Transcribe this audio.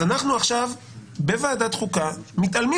אז אנחנו עכשיו בוועדת חוקה מתעלמים